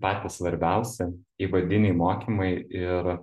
patys svarbiausi įvadiniai mokymai ir